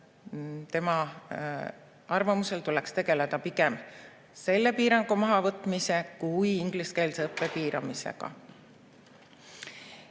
tema arvamusel tuleks tegeleda pigem selle piirangu mahavõtmise kui ingliskeelse õppe piiramisega.